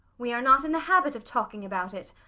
we are not in the habit of talking about it.